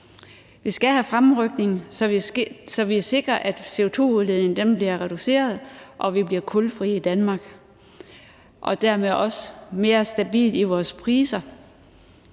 Vi skal have fremrykning dér, så vi sikrer, at CO2-udledningen bliver reduceret, så vi bliver kulfrie i Danmark, og så vi dermed også får mere stabile priser.